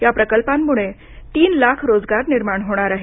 या प्रकल्पांमुळे तीन लाख रोजगार निर्माण होणार आहेत